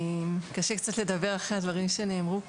קשה קצת לדבר אחרי הדברים שנאמרו כאן.